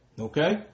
Okay